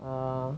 err